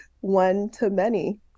one-to-many